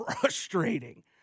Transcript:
frustrating